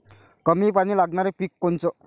कमी पानी लागनारं पिक कोनचं?